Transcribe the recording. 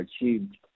achieved